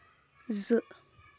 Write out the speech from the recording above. زٕ